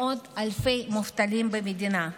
מאות אלפי ישראלים מובטלים במדינה.